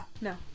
No